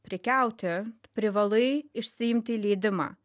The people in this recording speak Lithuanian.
prekiauti privalai išsiimti leidimą